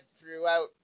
throughout